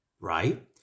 Right